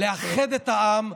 לאחד את העם,